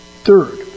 Third